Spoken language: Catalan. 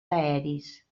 aeris